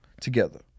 together